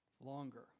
longer